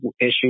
issue